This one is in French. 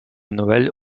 noël